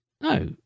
no